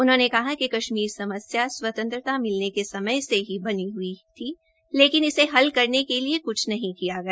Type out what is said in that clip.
उन्होंने कहा कि कश्मीर समस्या स्वतंत्रता मिलने के समय से ही बन हुई थी लेकिन इसे हल करने के लिए क्छ नहीं किया गया